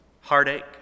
heartache